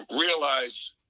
realize